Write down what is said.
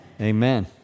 Amen